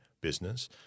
business